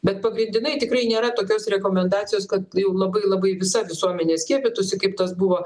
bet pagrindinai tikrai nėra tokios rekomendacijos kad jau labai labai visa visuomenė skiepytųsi kaip tas buvo